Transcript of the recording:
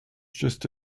just